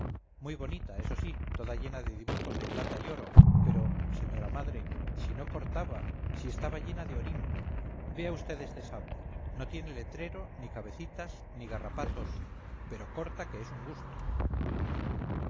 muy bonita eso sí toda llena de dibujos de plata y oro pero señora madre si no cortaba si estaba llena de orín vea vd este sable no tiene letrero ni cabecitas ni garrapatos pero corta que es un gusto